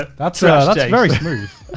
that's yeah yeah very smooth.